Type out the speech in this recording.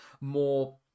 more